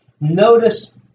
notice